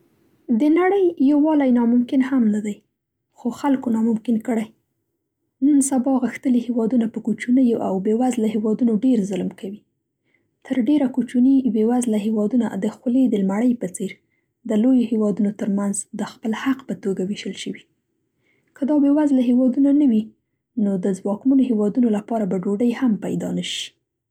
د نړۍ یووالی نا ممکن هم نه دی خو خلکو ناممکن کړی. نن سبا غښتلي هېوادونه په کوچنیو او بې وزله هېوادو ډېر ظلم کوي. تر ډېره کوچني بې وزله هېوادونه د خولې د لمړۍ په څېر د لویو هېوادونو تر منځ د خپل حق په توګه وېشل شوي. که دا بې وزله هېوادونه نه وي نو د ځواکمنو هېوادونو لپاره به ډوډۍ هم پیدا نه شي.